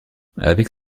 avec